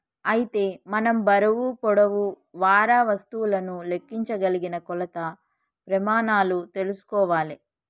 అయితే మనం బరువు పొడవు వారా వస్తువులను లెక్కించగలిగిన కొలత ప్రెమానాలు తెల్సుకోవాలే